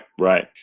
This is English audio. right